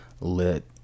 lit